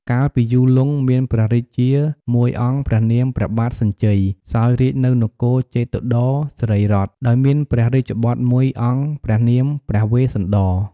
កាលពីយូរលង់ មានព្រះរាជាមួយអង្គព្រះនាម ព្រះបាទសញ្ជ័យ សោយរាជ្យនៅនគរជេតុត្តរសិរីរដ្ឋ ដោយមានព្រះរាជបុត្រមួយអង្គព្រះនាម ព្រះវេស្សន្តរ។